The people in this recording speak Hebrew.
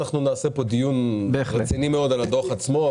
אנחנו נעשה פה דיון רציני מאוד על הדוח עצמו,